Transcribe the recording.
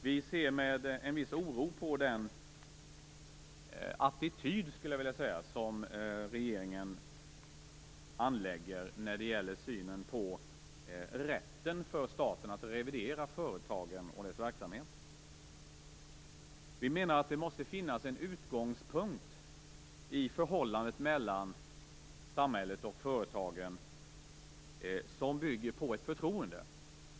Vi ser med en viss oro på den attityd, skulle jag vilja säga, som regeringen anlägger när det gäller synen på rätten för staten att revidera företagen och deras verksamhet. Vi menar att det måste finnas en utgångspunkt i förhållandet mellan samhället och företagen som bygger på ett förtroende.